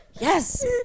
yes